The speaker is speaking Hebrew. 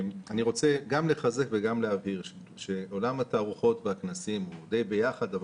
אני רוצה גם לחזק וגם להבהיר שעולם התערוכות והכנסים די ביחד,